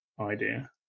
idea